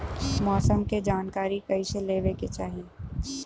मौसम के जानकारी कईसे लेवे के चाही?